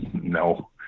No